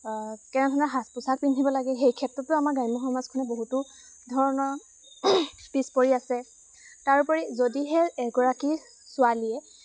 কেনেধৰণৰ সাজ পোছাক পিন্ধিব লাগে সেই ক্ষেত্ৰতো আমাৰ গ্ৰাম্য সমাজখনে বহুতো ধৰণৰ পিছপৰি আছে তাৰোপৰি যদিহে এগৰাকী ছোৱালীয়ে